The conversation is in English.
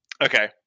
Okay